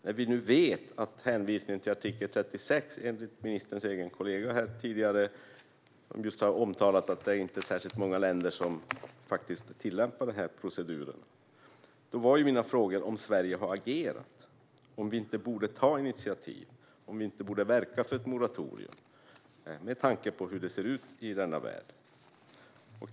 När det gäller hänvisningen till artikel 36 har ministerns kollega tidigare här just talat om att det inte är särskilt många länder som tillämpar den proceduren. Mina frågor var om Sverige har agerat, om vi inte borde ta initiativ och om vi inte borde verka för ett moratorium med tanke på hur det ser ut i denna värld.